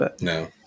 No